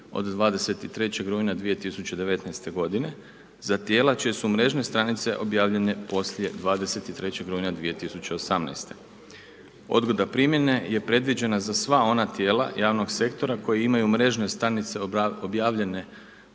od 23. rujna 2019. g. za tijela čija su mrežne stranice objavljene poslije 23. rujna 2018. Odgoda primjene je predviđa za sva ona tijela javnog sektora koji imaju mrežne stranice objavljene